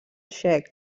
txec